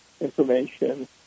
information